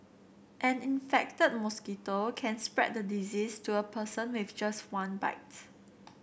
an infected mosquito can spread the disease to a person with just one bites